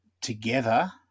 together